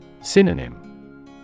Synonym